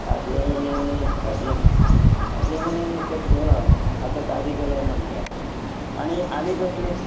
खाजें खाजें खाजें कसलें हय आतां ताजे केलाय म्हणटा आनी आनी कसलें